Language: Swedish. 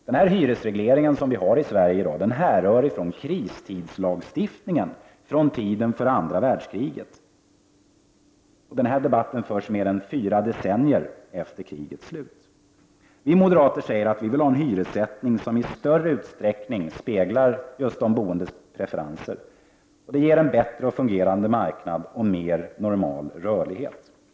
Den här hyresregleringen härrör från kristidslagstiftningen, alltså från tiden kring andra världskriget. Denna debatt förs mer än fyra decennier efter krigets slut! Vidare vill vi moderater ha en hyressättning som i större utsträckning speglar just de boendes preferenser. Det ger en bättre och fungerande marknad och en mer normal rörlighet.